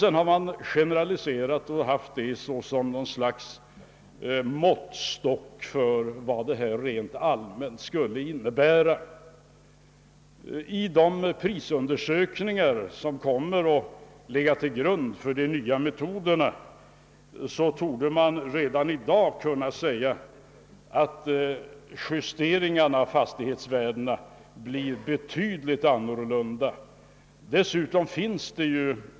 Sedan har man generaliserat och tagit det såsom något slags måttstock för vad detta rent allmänt skulle innebära. Redan i dag torde man kunna säga att efter de prisjusteringar, som kommer att tillämpas vid den nya metoden, fastighetsvärdena kommer att betydligt skilja sig från vad som enligt ovan gjorts gällande.